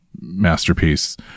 masterpiece